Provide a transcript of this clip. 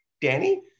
Danny